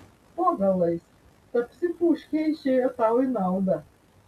po galais ta psichuškė išėjo tau į naudą